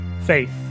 faith